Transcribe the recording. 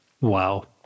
Wow